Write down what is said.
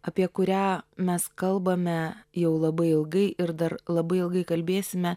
apie kurią mes kalbame jau labai ilgai ir dar labai ilgai kalbėsime